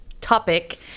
topic